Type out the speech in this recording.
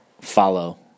follow